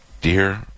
Dear